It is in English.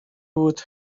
would